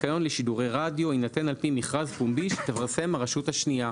זיכיון לשידורי רדיו יינתן על פי מכרז פומבי שתפרסם הרשות השנייה.